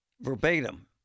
Verbatim